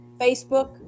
facebook